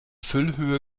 füllhöhe